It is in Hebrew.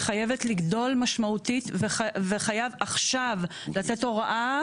חייבת לגדול משמעותית, וחייב עכשיו לתת הוראה